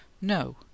No